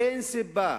אין סיבה,